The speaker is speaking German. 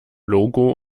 logo